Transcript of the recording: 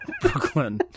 Brooklyn